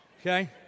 Okay